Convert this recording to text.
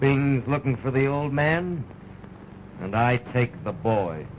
beings looking for the old man and i take the boy